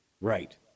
Right